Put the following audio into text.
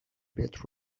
pit